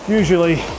usually